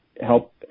help